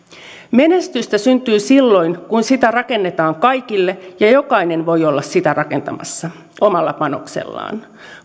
menestystä syntyy silloin kun sitä rakennetaan kaikille ja jokainen voi olla sitä rakentamassa omalla panoksellaan